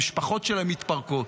המשפחות שלהם מתפרקות.